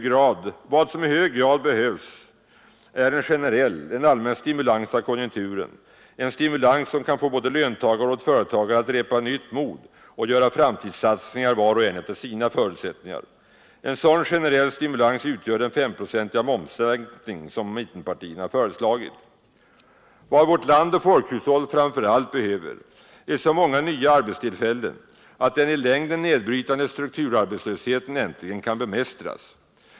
Vad som i hög grad behövs är en generell, en allmän stimulans av konjunkturen — en stimulans som kan få både löntagare och företagare att repa nytt mod och göra framtidssatsningar var och en efter sina förutsättningar. En sådan generell stimulans utgör den femprocentiga Vad vårt land och folkhushåll framför allt behöver är så många nya arbetstillfällen att den i längden nedbrytande strukturarbetslösheten äntligen kan bemästras.